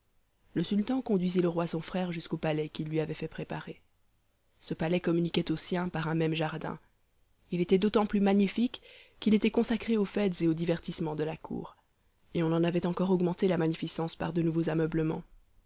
le sultan conduisit le roi son frère jusqu'au palais qu'il lui avait fait préparer ce palais communiquait au sien par un même jardin il était d'autant plus magnifique qu'il était consacré aux fêtes et aux divertissements de la cour et on en avait encore augmenté la magnificence par de nouveaux ameublements